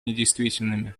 недействительными